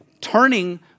turning